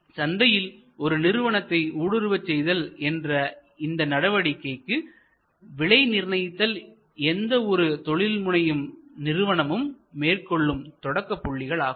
எனவே சந்தையில் ஒரு நிறுவனத்தை ஊடுருவச் செய்தல் என்ற இந்த நடவடிக்கைக்கு விலை நிர்ணயித்தல் என்பது எந்த ஒரு தொழில் முனையும் நிறுவனமும் மேற்கொள்ளும் தொடக்கப்புள்ளி ஆகும்